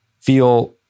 feel